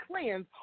cleanse